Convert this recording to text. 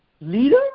Leader